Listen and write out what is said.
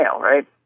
right